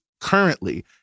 currently